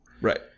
Right